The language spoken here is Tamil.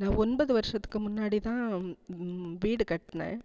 நான் ஒன்பது வருஷத்துக்கு முன்னாடி தான் வீடு கட்டினேன்